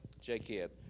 Jacob